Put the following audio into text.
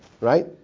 right